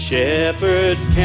Shepherds